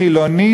חילוני,